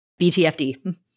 BTFD